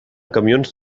camions